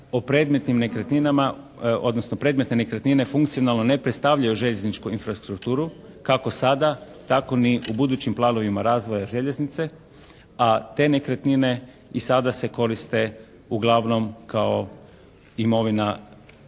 O predmetnim nekretninama odnosno predmetne nekretnine funkcionalno ne predstavljaju željezničku infrastrukturu kako sada tako ni u budućim planovima razvoja željeznice a te nekretnine i sada se koriste uglavnom kao imovina izdvojenih